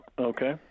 Okay